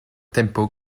tempo